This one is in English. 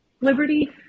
liberty